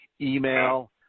email